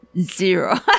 zero